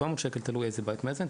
700 שקל תלוי איזה בית מאזן,